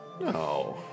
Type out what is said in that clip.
No